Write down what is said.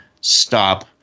stop